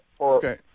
Okay